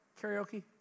Karaoke